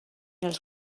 els